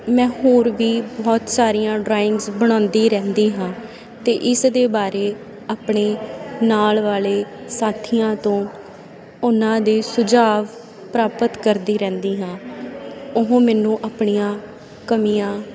ਮੈਂ ਹੋਰ ਵੀ ਬਹੁਤ ਸਾਰੀਆਂ ਡਰਾਇੰਗਸ ਬਣਾਉਂਦੀ ਰਹਿੰਦੀ ਹਾਂ ਅਤੇ ਇਸ ਦੇ ਬਾਰੇ ਆਪਣੇ ਨਾਲ ਵਾਲੇ ਸਾਥੀਆਂ ਤੋਂ ਉਹਨਾਂ ਦੇ ਸੁਝਾਅ ਪ੍ਰਾਪਤ ਕਰਦੀ ਰਹਿੰਦੀ ਹਾਂ ਉਹ ਮੈਨੂੰ ਆਪਣੀਆਂ ਕਮੀਆਂ